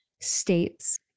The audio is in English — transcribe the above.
states